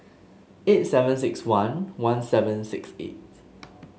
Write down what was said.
eight seven six one one seven six eight